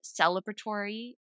celebratory